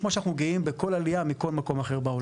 כמו שאנחנו גאים בכל עלייה מכל מקום אחר בעולם.